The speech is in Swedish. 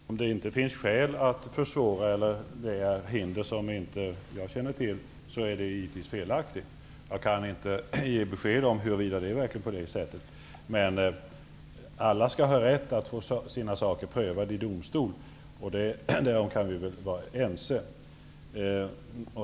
Herr talman! Om det inte finns skäl att försvåra, eller föreligger hinder som inte jag känner till, är det naturligtvis fel. Jag kan inte ge besked om huruvida det verkligen är på det sättet. Alla skall ha rätt att få sin sak prövad i domstol. Därom kan vi vara ense.